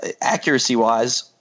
accuracy-wise